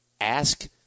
ask